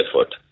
effort